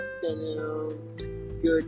good